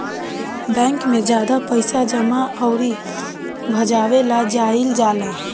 bank में ज्यादे पइसा जमा अउर भजावे ला जाईल जाला